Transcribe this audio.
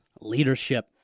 leadership